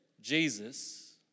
Jesus